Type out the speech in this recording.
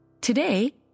Today